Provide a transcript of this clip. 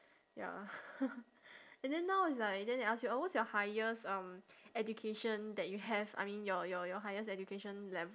ya and then now it's like then they ask you uh what's your highest um education that you have I mean your your your highest education le~